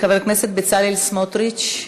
חבר הכנסת בצלאל סמוטריץ.